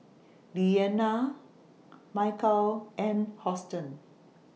Lillianna Michel and Houston